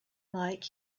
like